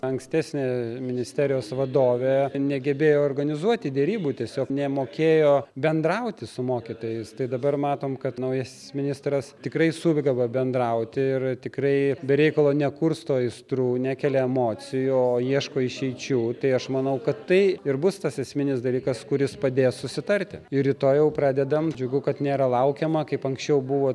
ankstesnė ministerijos vadovė negebėjo organizuoti derybų tiesiog nemokėjo bendrauti su mokytojais tai dabar matom kad naujasis ministras tikrai sugeba bendrauti ir tikrai be reikalo nekursto aistrų nekelia emocijų o ieško išeičių tai aš manau kad tai ir bus tas esminis dalykas kuris padės susitarti ir rytoj jau pradedam džiugu kad nėra laukiama kaip anksčiau buvo